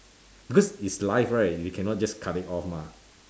because it's live right you cannot just cut it off mah